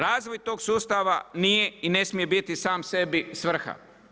Razvoj tog sustava nije i ne smije biti sam sebi svrha.